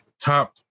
top